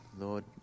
Lord